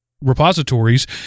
repositories